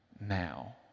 now